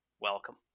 Welcome